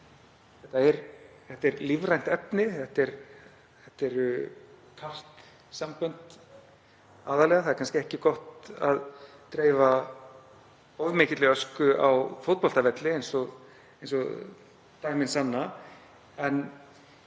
þetta er lífrænt efni, aðallega kalksambönd. Það er kannski ekki gott að dreifa of mikilli ösku á fótboltavelli eins og dæmin sanna, en